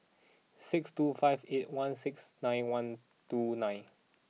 six two five eight one six nine one two nine